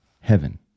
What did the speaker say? Heaven